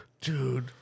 Dude